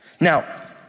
Now